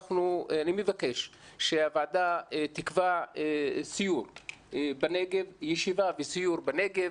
אני מבקש שהוועדה תקבע ישיבה וסיור בנגב,